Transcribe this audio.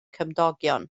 cymdogion